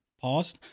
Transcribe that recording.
Pause